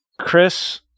Chris